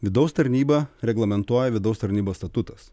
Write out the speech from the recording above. vidaus tarnybą reglamentuoja vidaus tarnybos statutas